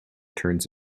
turns